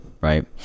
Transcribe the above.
right